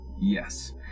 Yes